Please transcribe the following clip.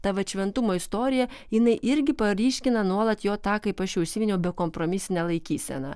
ta vat šventumo istorija jinai irgi paryškina nuolat jo tą kaip aš jau užsiminiau bekompromisinę laikyseną